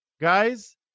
guys